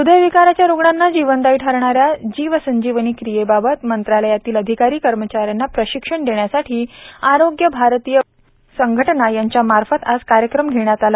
हृदयविकाराच्या रुग्णांना जीवनदायी ठरणाऱ्या जीवसंजीवनी क्रियेबाबत मंत्रालयातील अधिकारी कर्मचाऱ्यांना प्रशिक्षण देण्यासाठी आरोग्य भारतीय भूलतज्ज्ञ संघटना यांच्या मार्फत आज कार्यक्रम घेण्यात आला